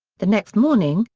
the next morning,